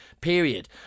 period